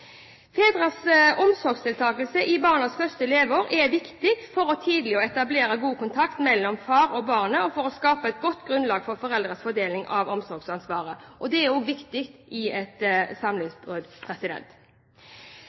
Fedres omsorgsdeltakelse i barnas første leveår er viktig for tidlig å etablere god kontakt mellom far og barnet, og for å skape et godt grunnlag for foreldres fordeling av omsorgsansvaret. Det er også viktig ved et samlivsbrudd. Som jeg har sagt før: Siste ord er ikke sagt i